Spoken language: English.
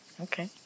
Okay